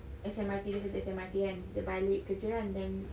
S_M_R_T S_M_R_T kan dia balik kerja kan then